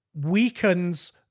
weakens